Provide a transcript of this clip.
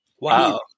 wow